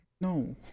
No